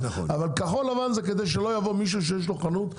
אבל כחול לבן זה שלא יבוא מישהו שיש לו חנות,